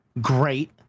great